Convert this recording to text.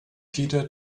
peter